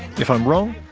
if i'm wrong,